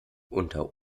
unter